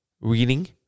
reading